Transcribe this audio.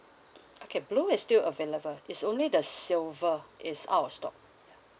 okay blue is still available it's only the silver it's out of stock